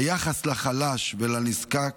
היחס לחלש ולנזקק